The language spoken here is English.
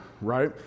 right